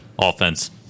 offense